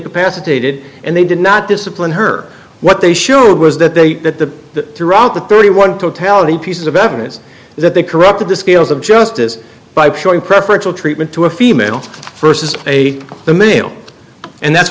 capacitated and they did not discipline her what they sure was that they that the throughout the thirty one totality pieces of evidence that they corrupted the scales of justice by showing preferential treatment to a female first as a the male and that's